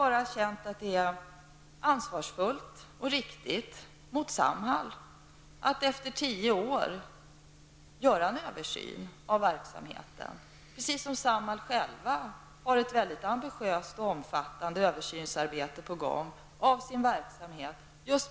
Jag har känt att det är ansvarsfullt och riktigt gentemot Samhall att efter tio år göra en översyn av verksamheten, precis som Samhall självt har ett ambitiöst och omfattande översynsarbete av sin verksamhet på gång.